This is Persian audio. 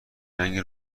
رنگ